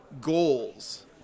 Goals